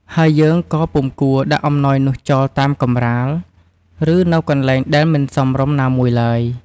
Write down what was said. ហើយយើងក៏ពុំគួរដាក់អំណោយនោះចោលតាមកម្រាល ឬនៅកន្លែងដែលមិនសមរម្យណាមួយឡើយ។